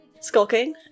Skulking